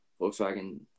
Volkswagen